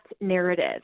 narrative